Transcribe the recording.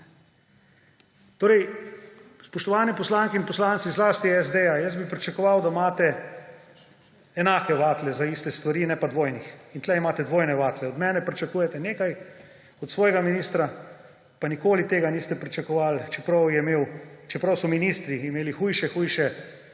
tega? Spoštovani poslanke in poslanci, zlasti iz SD, jaz bi pričakoval, da imate enake vatle za iste stvari, ne pa dvojnih. In tukaj imate dvojne vatle. Od mene pričakujete nekaj, od svojega ministra pa nikoli tega niste pričakovali, čeprav so ministri imeli hujše hujše